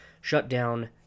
shutdown